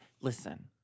Listen